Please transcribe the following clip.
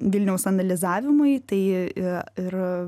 vilniaus analizavimui tai ir ir